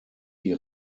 die